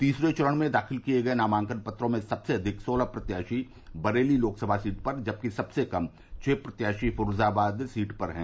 तीसरे चरण में दाखिल किये गये नामांकन पत्रों में सबसे अधिक सोलह प्रत्याशी बरेली लोकसभा सीट पर जबकि सबसे कम छह प्रत्याशी फिरोजाबाद सीट पर है